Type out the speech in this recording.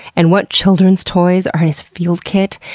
and what children's toys are in his field kit,